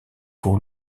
pour